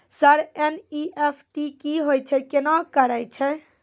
Sir NEFT की होय छै, केना करे छै?